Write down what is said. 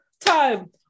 time